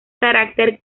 carácter